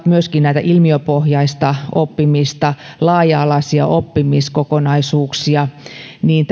myöskin ilmiöpohjaista oppimista laaja alaisia oppimiskokonaisuuksia niin